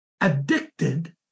addicted